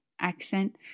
accent